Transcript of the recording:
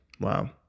Wow